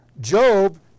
Job